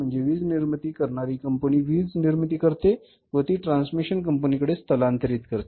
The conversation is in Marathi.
म्हणजेच वीज निर्मिती करणारी कंपनी वीज निर्मिती करते व ती वीज ट्रान्समिशन कंपनीकडे स्थलांतरित करते